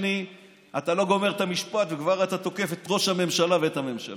אז מכאן אתה לוקח את זה למצב שכאילו ראש הממשלה אומר: